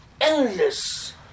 endless